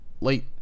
Late